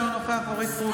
אינו נוכח אורית מלכה סטרוק,